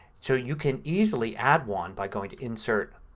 so you can easily add one by going to insert,